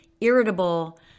irritable